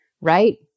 Right